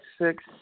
six